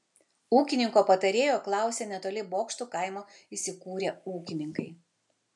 ūkininko patarėjo klausė netoli bokštų kaimo įsikūrę ūkininkai